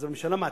אז הממשלה, מה?